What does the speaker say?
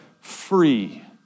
free